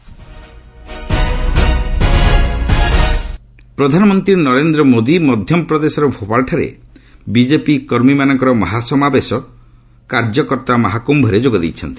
PM Bhopal ପ୍ରଧାନମନ୍ତ୍ରୀ ନରେନ୍ଦ୍ର ମୋଦି ମଧ୍ୟପ୍ରଦେଶର ଭୋପାଳଠାରେ ବିଜେପି କର୍ମୀମାନଙ୍କର ମହାସମାବେଶ କାର୍ଯ୍ୟକର୍ତ୍ତା ମହାକୁ୍ୟରେ ଯୋଗ ଦେଇଛନ୍ତି